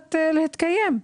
המרקחת להתקיים.